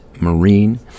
Marine